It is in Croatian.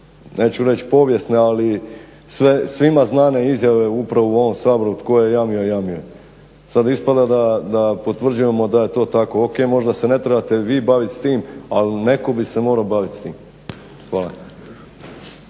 neću reći povijesne, ali svima znane izjave upravo u ovom Saboru tko je jamio, jamio je. Sad ispada da potvrđujemo da je to tako. Ok, možda se ne trebate vi bavit s tim, ali netko bi se morao bavit s tim. Hvala.